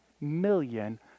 million